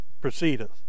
proceedeth